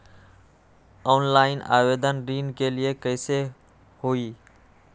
Online आवेदन ऋन के लिए कैसे हुई?